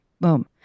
Boom